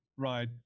Right